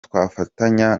twafatanya